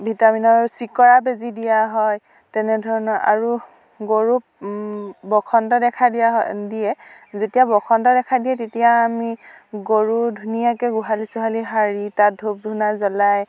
ভিটামিনৰ চিকৰা বেজি দিয়া হয় তেনেধৰণৰ আৰু গৰুক বসন্ত দেখা দিয়া হয় দিয়ে যেতিয়া বসন্ত দেখা দিয়ে তেতিয়া আমি গৰুৰ ধুনীয়াকে গোঁহালি চোহালি সাৰি তাত ধূপ ধূনা জ্বলাই